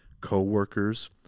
coworkers